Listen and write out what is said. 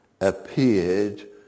appeared